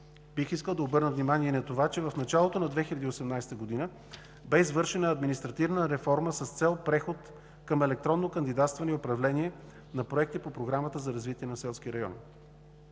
Бих искал да обърна внимание и на това, че в началото на 2018 г. беше извършена административна реформа с цел преход към електронно кандидатстване и управление на проекти по Програмата за развитие на селски райони,